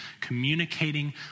communicating